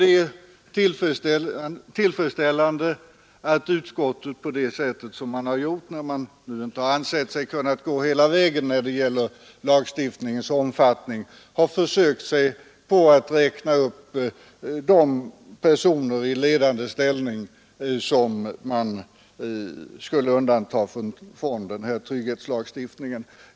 Det är tillfredsställande att utskottet på det här sättet — när man nu inte har ansett sig kunna gå hela vägen i fråga om lagstiftningens omfattning — har försökt sig på att räkna upp de personer i ledande ställning som skulle undantas från trygghetslagstiftningen.